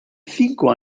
cinco